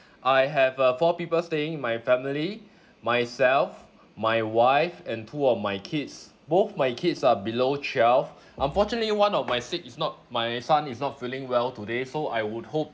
I have uh four people staying in my family myself my wife and two of my kids both my kids are below twelve unfortunately one of my sick is not my son is not feeling well today so I would hope